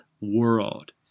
world